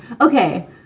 okay